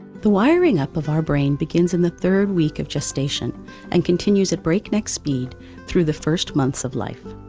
the wiring up of our brain begins in the third week of gestation and continues at breakneck speed through the first months of life.